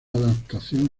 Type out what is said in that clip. adaptación